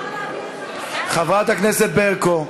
חברת הכנסת ברקו.